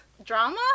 Drama